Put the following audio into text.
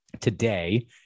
today